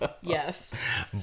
Yes